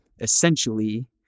essentially –